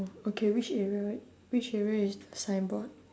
oh okay which area which area is the signboard